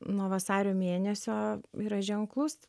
nuo vasario mėnesio yra ženklus